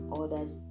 orders